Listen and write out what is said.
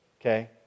okay